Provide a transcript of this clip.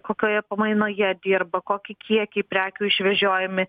kokioje pamainoje dirba kokį kiekį prekių išvežiojami